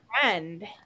friend